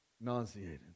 nauseated